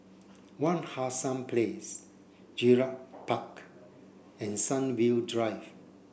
Wak Hassan Place Gerald Park and Sunview Drive